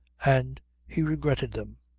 and he regretted them.